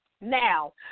Now